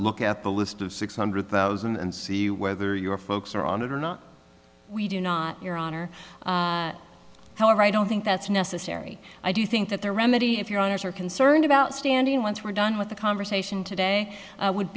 the list of six hundred thousand and see whether your folks are on it or not we do not your honor however i don't think that's necessary i do think that the remedy if your owners are concerned about standing once we're done with the conversation today would